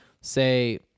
say